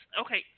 Okay